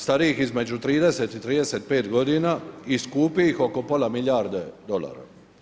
Starijih između 30 i 35 godina i skupljih oko pola milijarde dolara.